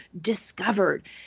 discovered